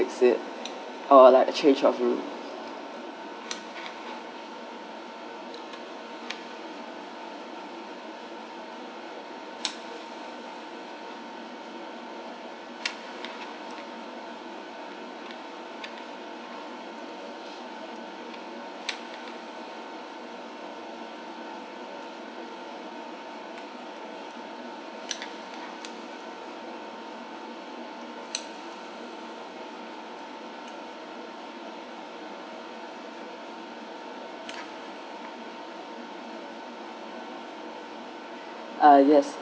fixed it or like a change of room uh yes